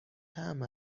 طعم